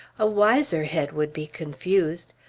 a wiser head would be confused.